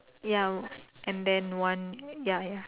ya and then one ya ya